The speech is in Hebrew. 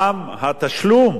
גם התשלום